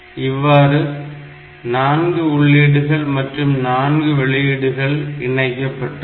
இவ்வாறு 4 உள்ளீடுகள் மற்றும் 4 வெளியீடுகள் இணைக்கப்பட்டிருக்கும்